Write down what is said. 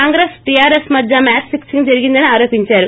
కాంగ్రెస్ టీఆర్ఎస్ మధ్య match fixing జరిగిందని ఆరోపించారు